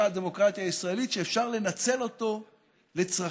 הדמוקרטיה הישראלית שאפשר לנצל אותו לצרכינו?